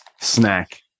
snack